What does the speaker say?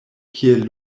kiel